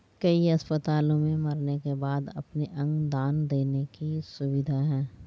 कई अस्पतालों में मरने के बाद अपने अंग दान देने की सुविधा है